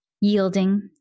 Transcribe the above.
yielding